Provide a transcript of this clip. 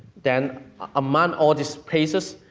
then among all these places,